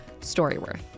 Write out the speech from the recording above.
StoryWorth